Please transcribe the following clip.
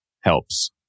helps